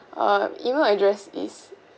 uh email address is